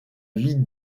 vie